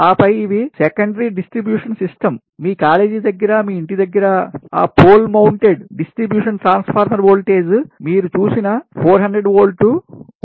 ఆపై ఇవి secondary distribution system మీ కాలేజీ దగ్గర మీ ఇంటి దగ్గర ఆ pole mounted ఎత్తు పై నిలబెట్ట బడిన distribution transformer voltage మీరు చూసిన 400 వోల్ట్ ఉంది